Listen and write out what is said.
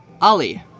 Ali